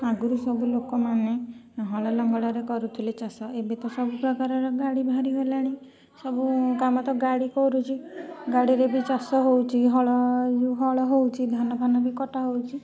ଆଗରୁ ସବୁ ଲୋକମାନେ ହଳ ଲଙ୍ଗଳରେ କରୁଥିଲେ ଚାଷ ଏବେ ତ ସବୁ ପ୍ରକାରର ଗାଡ଼ି ବାହାରି ଗଲାଣି ସବୁ କାମ ତ ଗାଡ଼ି କରୁଛି ଗାଡ଼ିରେ ବି ଚାଷ ହେଉଛି ହଳ ଏଇ ଯେଉଁ ହଳ ହେଉଛି ଧାନ ଫାନ ବି କଟା ହେଉଛି